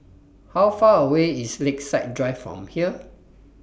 How Far away IS Lakeside Drive from here